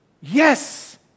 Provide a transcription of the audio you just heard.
Yes